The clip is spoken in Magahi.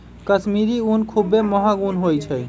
कश्मीरी ऊन खुब्बे महग ऊन होइ छइ